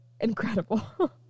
incredible